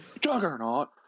Juggernaut